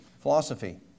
Philosophy